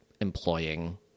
employing